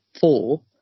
four